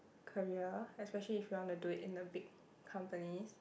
career especially if you want to do it in a big companies